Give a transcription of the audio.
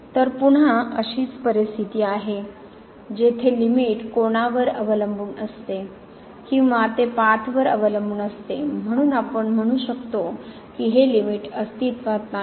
तर पुन्हा अशीच परिस्थिती आहे जेथे लिमिट कोनावर अवलंबून असते किंवा ती पाथवर अवलंबून असते म्हणू आपण शकतो कि हे लिमिट अस्तित्त्वात नाही